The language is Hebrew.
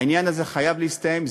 העניין הזה חייב להסתיים.